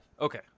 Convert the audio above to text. Okay